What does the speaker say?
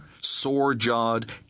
sore-jawed